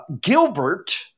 Gilbert